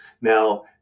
Now